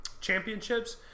championships